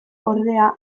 ordea